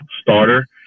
starter